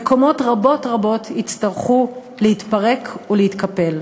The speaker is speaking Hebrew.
וקומות רבות רבות יצטרכו להתפרק ולהתקפל.